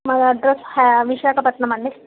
మా అడ్రస్ విశాఖపట్నం అండి